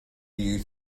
you